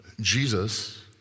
Jesus